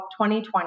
2020